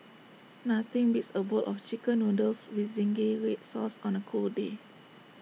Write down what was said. nothing beats A bowl of Chicken Noodles with Zingy Red Sauce on A cold day